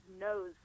knows